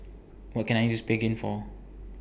What Can I use Pregain For